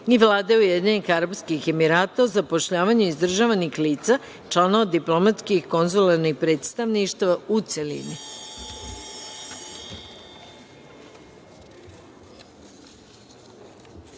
i Vlade Ujedinjenih Arapskih Emirata o zapošljavanju izdržavanih lica članova diplomatskih i konzularnih predstavništava, u